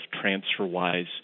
transfer-wise